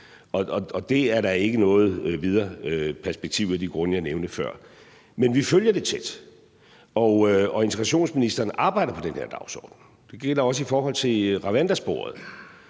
og det er der ikke noget videre perspektiv i af de grunde, jeg nævnte før. Men vi følger det tæt, og integrationsministeren arbejder på den her dagsorden. Det gælder også i forhold til Rwandasporet.